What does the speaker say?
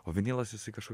o vinilas jisai kažko